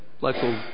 local